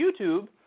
YouTube